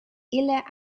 est